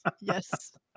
yes